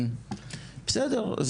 בסדר,